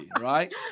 right